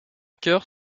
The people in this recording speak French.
cœur